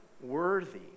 worthy